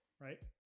Right